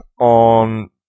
on